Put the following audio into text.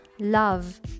love